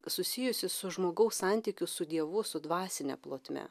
susijusi su žmogaus santykiu su dievu su dvasine plotme